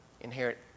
inherit